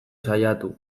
saiatu